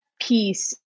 peace